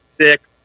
six